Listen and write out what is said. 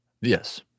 Yes